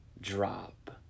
drop